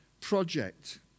project